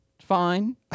Fine